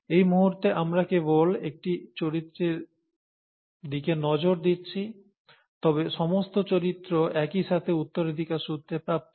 এই মুহূর্তে আমরা কেবল একটি চরিত্রের দিকে নজর দিচ্ছি তবে সমস্ত চরিত্র একই সাথে উত্তরাধিকার সূত্রে প্রাপ্ত হয়